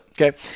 Okay